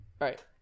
right